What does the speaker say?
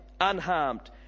unharmed